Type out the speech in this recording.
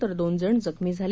तर दोन जण जखमी झाले